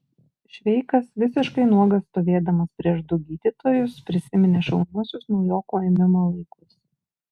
šveikas visiškai nuogas stovėdamas prieš du gydytojus prisiminė šauniuosius naujokų ėmimo laikus